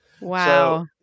Wow